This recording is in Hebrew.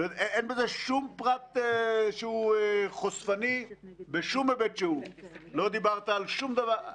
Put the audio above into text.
אנחנו נמצאים היום בדיווח 22